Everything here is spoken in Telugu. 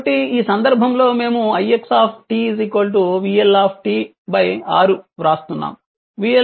కాబట్టి ఈ సందర్భంలో మేము ix vL 6 వ్రాస్తున్నాము